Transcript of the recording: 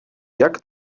jak